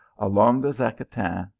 along the zacatin,